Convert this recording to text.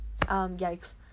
Yikes